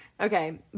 Okay